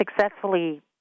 successfully